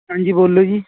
ਹਾਂਜੀ ਬੋਲੋ ਜੀ